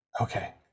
Okay